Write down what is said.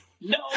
No